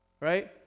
right